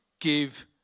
give